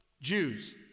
Jews